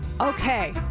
Okay